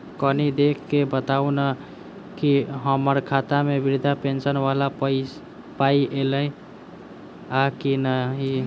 कनि देख कऽ बताऊ न की हम्मर खाता मे वृद्धा पेंशन वला पाई ऐलई आ की नहि?